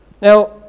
Now